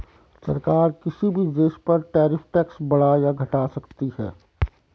सरकार किसी भी देश पर टैरिफ टैक्स बढ़ा या घटा सकती है